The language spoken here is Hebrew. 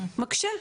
מקשה.